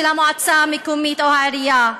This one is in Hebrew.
המועצה המקומית או העירייה.